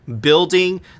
building